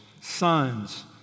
sons